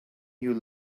you